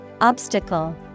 Obstacle